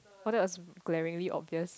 !wah! that was glaringly obvious